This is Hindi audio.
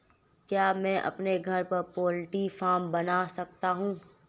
क्या मैं अपने घर पर पोल्ट्री फार्म बना सकता हूँ?